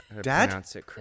Dad